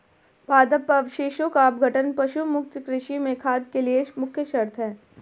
पादप अवशेषों का अपघटन पशु मुक्त कृषि में खाद के लिए मुख्य शर्त है